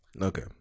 Okay